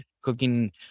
cooking